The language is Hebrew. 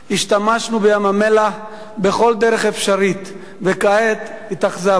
השתמשנו בים-המלח בכל דרך אפשרית, וכעת התאכזבנו